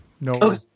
No